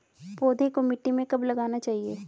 पौधे को मिट्टी में कब लगाना चाहिए?